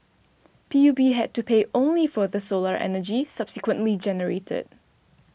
P U B had to pay only for the solar energy subsequently generated